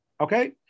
Okay